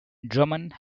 drummond